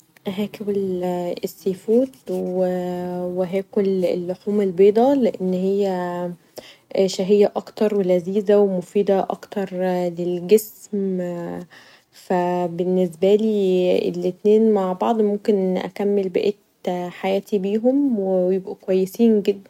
هاكل السي فود و هاكل اللحوم البيضاء لأنها شهيه اكتر و لذيذه و مفيده اكتر للجسم فبنسبالي الاتنين مع بعض ممكن اكمل باقي حياتي بيهم و يبقوا كويسين جدا.